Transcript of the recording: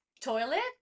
toilet